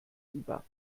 über